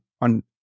on